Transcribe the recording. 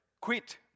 quit